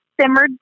simmered